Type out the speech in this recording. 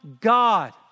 God